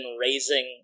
raising